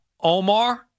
Omar